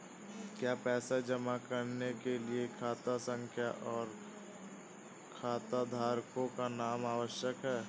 क्या पैसा जमा करने के लिए खाता संख्या और खाताधारकों का नाम आवश्यक है?